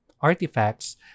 artifacts